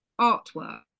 artwork